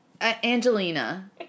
Angelina